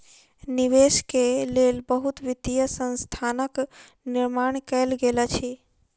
निवेश के लेल बहुत वित्तीय संस्थानक निर्माण कयल गेल अछि